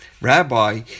Rabbi